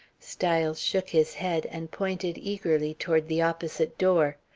styles shook his head, and pointed eagerly toward the opposite door.